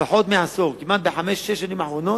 בפחות מעשור, ב-15 השנים האחרונות,